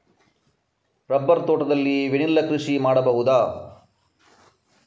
Rubber ತೋಟದಲ್ಲಿ vanilla ಕೃಷಿ ಮಾಡಬಹುದಾ?